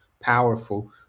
Powerful